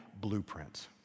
blueprint